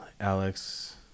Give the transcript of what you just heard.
alex